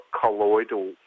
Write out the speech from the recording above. colloidal